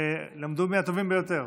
הם למדו מהטובים ביותר.